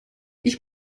ich